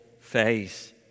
face